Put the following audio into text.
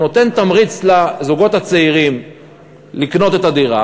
הוא נותן תמריץ לזוגות הצעירים לקנות את הדירה.